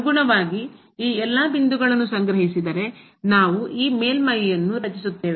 ಅನುಗುಣವಾಗಿ ಈ ಎಲ್ಲಾ ಬಿಂದುಗಳನ್ನು ಸಂಗ್ರಹಿಸಿದರೆ ನಾವು ಈ ಮೇಲ್ಮೈಯನ್ನು ರಚಿಸುತ್ತೇವೆ